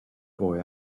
boy